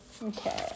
Okay